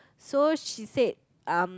so she said um